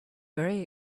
very